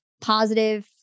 positive